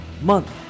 month